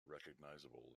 recognisable